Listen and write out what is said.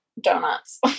donuts